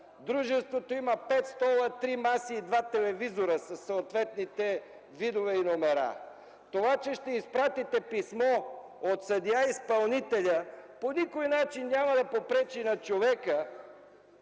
дружеството има 5 стола, 3 маси и 2 телевизора със съответните видове и номера. Това, че ще изпратите писмо от съдия изпълнителят, по никой начин няма да попречи на човека